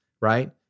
right